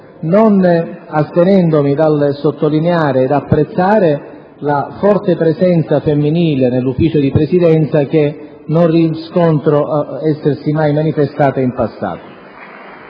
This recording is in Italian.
non astenendomi dal sottolineare ed apprezzare la forte presenza femminile nel Consiglio di Presidenza, che non riscontro essersi mai manifestata in passato.